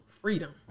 freedom